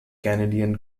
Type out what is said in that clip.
canadian